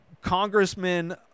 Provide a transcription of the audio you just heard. Congressman